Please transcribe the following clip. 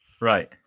Right